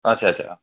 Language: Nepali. अच्छा अच्छा अँ